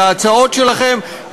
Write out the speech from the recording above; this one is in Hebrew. על ההצעות שלכם,